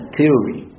theory